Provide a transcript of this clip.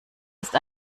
ist